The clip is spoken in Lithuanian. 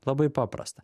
labai paprasta